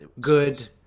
good